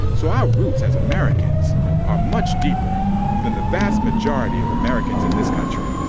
so our roots as americans are much deeper than the vast majority of americans in this country.